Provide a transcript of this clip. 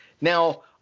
now